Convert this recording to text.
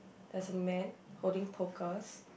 there's a man holding pokers